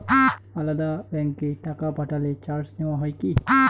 আলাদা ব্যাংকে টাকা পাঠালে চার্জ নেওয়া হয় কি?